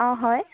অঁ হয়